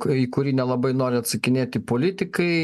į kurį nelabai nori atsakinėti politikai